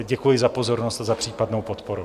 Děkuji za pozornost a za případnou podporu.